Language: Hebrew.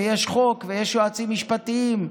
ויש חוק ויש יועצים משפטיים,